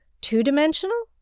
two-dimensional